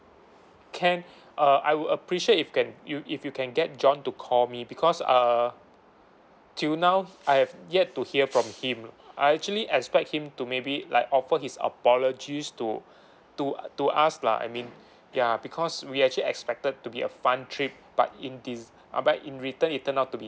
can uh I would appreciate if can you if you can get john to call me because uh till now I have yet to hear from him I actually expect him to maybe like offer his apologies to to us lah I mean ya because we actually expected to be a fun trip but in dis~ uh but in return it turned out to be